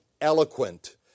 eloquent